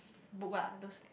book lah those